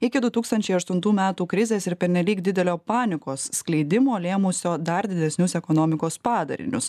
iki du tūkstančiai aštuntų metų krizės ir pernelyg didelio panikos skleidimo lėmusio dar didesnius ekonomikos padarinius